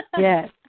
Yes